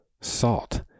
salt